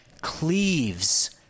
cleaves